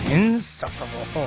insufferable